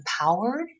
empowered